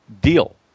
deal